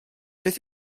beth